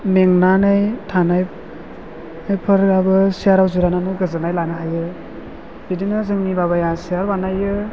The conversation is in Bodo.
मेंनानै थानाय बेफोराबो सेयाराव जिरायनानै गोजोननाय लानो हायो बिदिनो जोंनि बाबाया सियार बानायो